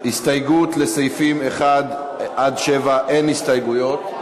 לסעיפים 1 7 אין הסתייגויות,